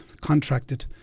contracted